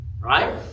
right